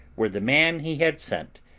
were the man he had sent,